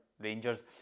Rangers